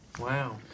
Wow